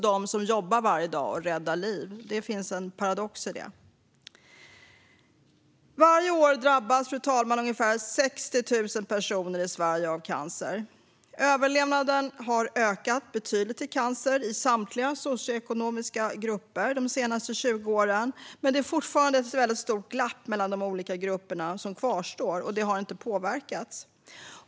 De som jobbar där varje dag räddar liv. Det finns en paradox i det. Fru talman! Varje år drabbas ungefär 60 000 personer i Sverige av cancer. Överlevnaden har ökat betydligt i samtliga socioekonomiska grupper de senaste 20 åren, men det kvarstår fortfarande ett stort glapp mellan de olika grupperna.